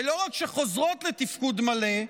ולא רק שחוזרות לתפקוד מלא,